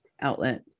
outlet